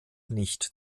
nicht